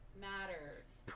matters